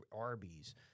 arby's